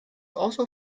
also